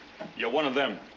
you're one of them.